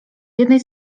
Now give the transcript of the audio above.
jednej